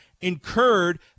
incurred